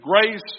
grace